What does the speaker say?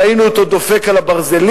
ראינו אותו דופק על הברזלים,